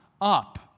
up